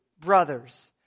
brothers